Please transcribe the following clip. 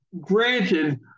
granted